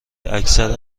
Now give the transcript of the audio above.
اکثر